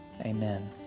amen